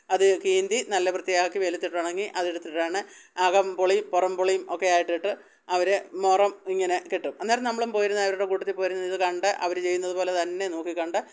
അത് കീന്തി നല്ല വൃത്തിയാക്കി വെയിലത്തിട്ട് ഉണങ്ങി അതെടുത്തിട്ടാണ് അകം പൊളി പുറം പൊളിയും ഒക്കെയായി ഇട്ടിട്ട് അവർ മുറം ഇങ്ങനെ കെട്ടും അന്നേരം നമ്മളും പോയി ഇരുന്നു അവരുടെ കൂട്ടത്തില് പോയിരുന്ന് ഇത് കണ്ടു അവർ ചെയ്യുന്നത് പോലെ തന്നെ നോക്കി കണ്ടു